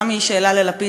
גם הוא שאלה ללפיד,